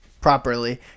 properly